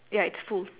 ya it's full